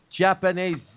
Japanese